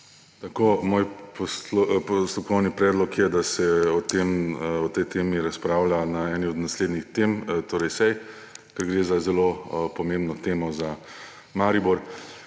SAB): Moj postopkovni predlog je, da se o tej temi razpravlja na eni od naslednjih sej, ker gre za zelo pomembno temo za Maribor.